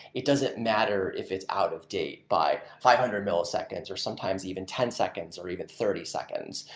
it doesn't matter if it's out of date by five hundred milliseconds, or sometimes even ten seconds, or even thirty seconds,